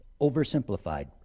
oversimplified